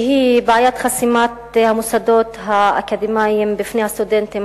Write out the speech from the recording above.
והיא בעיית חסימת המוסדות האקדמיים בפני הסטודנטים